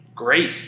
great